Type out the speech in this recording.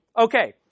Okay